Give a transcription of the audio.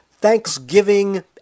Thanksgiving